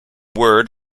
word